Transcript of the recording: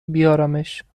بیارمش